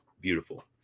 beautiful